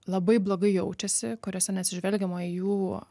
labai blogai jaučiasi kuriose neatsižvelgiama į jų